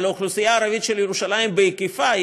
אבל האוכלוסייה הערבית של ירושלים בהיקפה היא